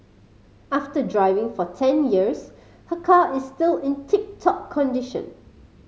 after driving for ten years her car is still in tip top condition